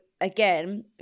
again